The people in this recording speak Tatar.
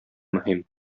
мөһим